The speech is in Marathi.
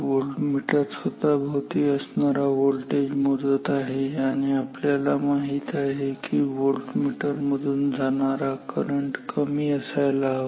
व्होल्टमीटर स्वतः भोवती असणारा व्होल्टेज मोजत आहे आणि आपल्याला माहित आहे की व्होल्टमीटर मधून जाणारा करंट कमी असायला हवा